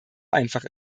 einfach